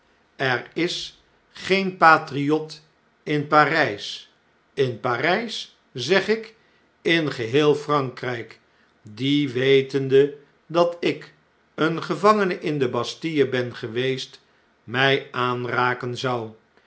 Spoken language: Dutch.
er is geen patriot in p a r jj s in p a r ij s zeg ik in geheel f r a n k r ij k die wetende dat ik een gevangene in de bastille ben geweest mij aanraken zou